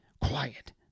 Quiet